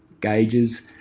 gauges